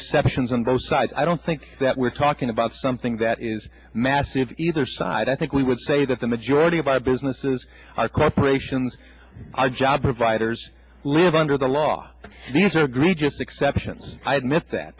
exceptions on both sides i don't think that we're talking about something that is massive either side i think we would say that the majority of our businesses our corporations our job providers live under the law these are agree just exceptions i admit that